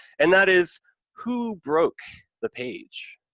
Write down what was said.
and that is who broke the page?